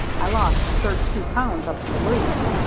i lost thirty-two pounds up at duluth.